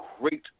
great